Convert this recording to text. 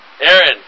Aaron